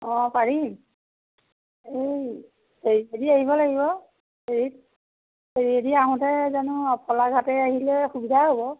অঁ পাৰি এই ফেৰীয়েদি আহিব লাগিব ফেৰীত ফেৰীয়েদি আহোঁতে জানো অফলাঘাটেৰে আহিলে সুবিধা হ'ব